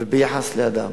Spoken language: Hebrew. וליחס לאדם.